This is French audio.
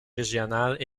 régionales